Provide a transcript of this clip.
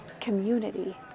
community